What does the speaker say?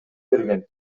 берген